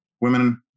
women